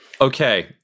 Okay